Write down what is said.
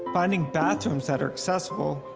finding bathrooms that are accessible,